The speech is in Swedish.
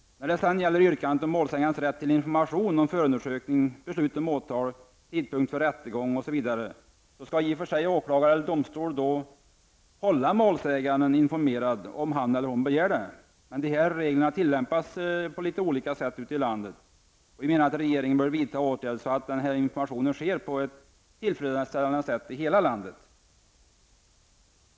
När det gäller yrkandet om målsägandens rätt till information om förundersökning, beslut om åtal, tidpunkt för rättegång, osv. skall åklagare eller domstol i och för sig hålla målsäganden informerad om han eller hon begär det. Men dessa regler tillämpas på litet olika sätt ute i landet. Vi menar därför att regeringen bör vidta åtgärder så att denna information sker på ett tillfredsställande sätt i hela landet.